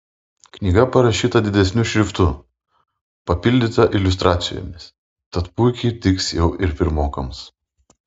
knyga parašyta didesniu šriftu papildyta iliustracijomis tad puikiai tiks jau ir pirmokams